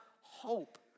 hope